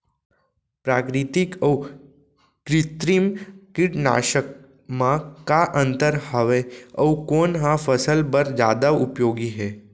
प्राकृतिक अऊ कृत्रिम कीटनाशक मा का अन्तर हावे अऊ कोन ह फसल बर जादा उपयोगी हे?